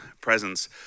presence